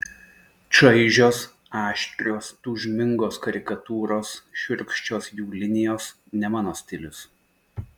čaižios aštrios tūžmingos karikatūros šiurkščios jų linijos ne mano stilius